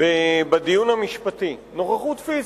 בדיון המשפטי, נוכחות פיזית,